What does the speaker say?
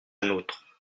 nôtre